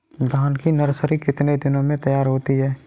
धान की नर्सरी कितने दिनों में तैयार होती है?